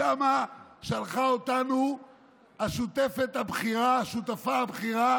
לשם שלחה אותנו השותפה הבכירה